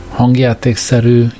hangjátékszerű